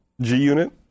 G-Unit